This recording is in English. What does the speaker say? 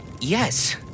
yes